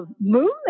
movement